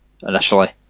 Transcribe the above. initially